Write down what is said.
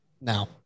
Now